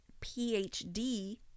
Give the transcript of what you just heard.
PhD